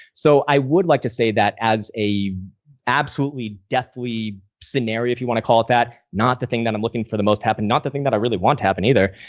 so i would like to say that as a absolutely deathly scenario, if you want to call it that, not the thing that i'm looking for the most happening, not the thing that i really want to happen either.